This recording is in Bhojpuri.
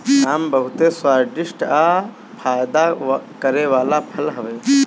आम बहुते स्वादिष्ठ आ फायदा करे वाला फल हवे